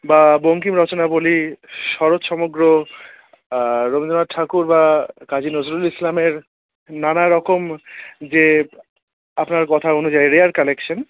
বা বঙ্কিম রচনাবলি শরৎসমগ্র রবীন্দ্রনাথ ঠাকুর বা কাজী নজরুল ইসলামের নানারকম যে আপনার কথা অনুযায়ী রেয়ার কালেকশান